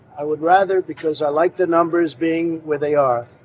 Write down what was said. i would rather because i like the numbers being where they are.